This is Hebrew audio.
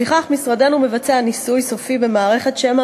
לפיכך משרדנו מבצע ניסוי סופי במערכת שמע